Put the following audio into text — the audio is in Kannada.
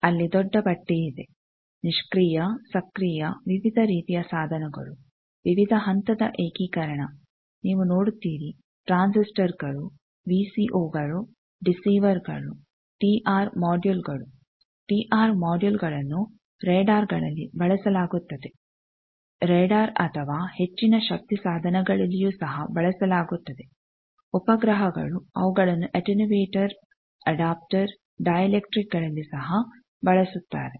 ಅಲ್ಲಿ ದೊಡ್ಡ ಪಟ್ಟಿಯಿದೆ ನಿಷ್ಕ್ರಿಯ ಸಕ್ರಿಯ ವಿವಿಧ ರೀತಿಯ ಸಾಧನಗಳು ವಿವಿಧ ಹಂತದ ಏಕೀಕರಣ ನೀವು ನೋಡುತ್ತೀರಿ ಟ್ಟ್ರ್ಯಾನ್ಸಿಸ್ಟರ್ಗಳು ವಿಸಿಒಗಳು ಡಿಸಿವರ್ಗಳು ಟಿಆರ್ ಮೊಡ್ಯುಲ್TR moduleಗಳು ಟಿಆರ್ ಮೊಡ್ಯುಲ್TR moduleಗಳನ್ನು ರಾಡಾರ್ ಗಳಲ್ಲಿ ಬಳಸಲಾಗುತ್ತದೆ ರಾಡಾರ್ ಅಥವಾ ಹೆಚ್ಚಿನ ಶಕ್ತಿ ಸಾಧನಗಳಲ್ಲಿಯೂ ಸಹ ಬಳಸಲಾಗುತ್ತದೆ ಉಪಗ್ರಹಗಳು ಅವುಗಳನ್ನು ಅಟೆನ್ಯುವೇಟರ್ ಅಡಾಪ್ಟರ್ ಡೈ ಎಲೆಕ್ಟ್ರಿಕ್ಗಳಲ್ಲಿ ಸಹ ಬಳಸುತ್ತಾರೆ